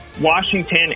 Washington